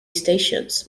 stations